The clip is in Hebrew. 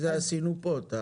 את ההגבלה הזאת עשינו פה.